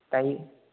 दायो